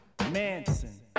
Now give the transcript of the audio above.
manson